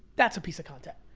that's a piece of content.